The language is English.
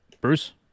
Bruce